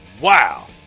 wow